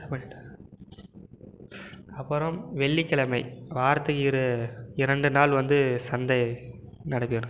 கஷ்டப்பட்டு அப்புறம் வெள்ளிக்கிழமை வாரத்துக்கு இரு இரண்டு நாள் வந்து சந்தை நடைபெறும்